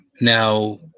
now